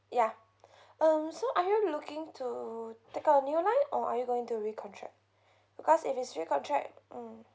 ya um so are you looking to take up a new line or are you going to recontract because if it's recontract mm